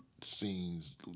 scenes